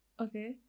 okay